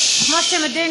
כמו שאתם יודעים,